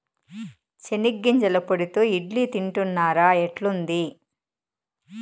చెనిగ్గింజల పొడితో ఇడ్లీ తింటున్నారా, ఎట్లుంది